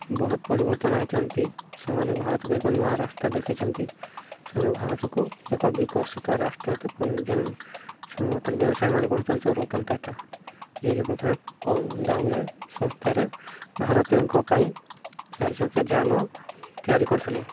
ବହୁତ ପରିବର୍ତ୍ତନ ଆଣିଛନ୍ତି ସେମାନେ ଭାରତକୁ ଏକ ନୂଆ ରାସ୍ତା ଦେଖାଇଛନ୍ତି ସେନ ଭାରତକୁ ଏକ ବିକଶିତ ରାଷ୍ଟ୍ର ତ ଯେଉଁ ସେ ମାତ୍ର ବ୍ୟବସାୟୀମାନଙ୍କ ଭିତରୁ ରତନ ଟାଟା ଯିଏକି ପ୍ରଥମେ କମ୍ ଦାମରେ ଶସ୍ତାରେ ଭାରତୀୟଙ୍କ ପାଇଁ ଚାରି ଚକିଆ ଯାନ ତିଆରି କରିଥିଲେ